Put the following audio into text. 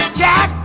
jack